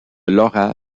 laura